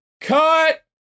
Cut